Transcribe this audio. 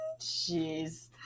Jeez